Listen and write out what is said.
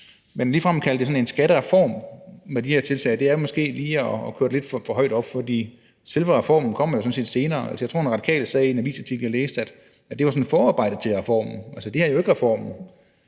men ligefrem at kalde det sådan en skattereform med de her tiltag, er måske lige at køre det lidt for højt op, for selve reformen kommer jo sådan set senere. Jeg tror, der var en radikal, der i en avisartikel, jeg læste, sagde, at det sådan var forarbejdet til reformen. Altså, det her er jo ikke reformen.